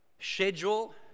schedule